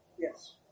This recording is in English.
Yes